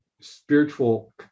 spiritual